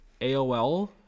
aol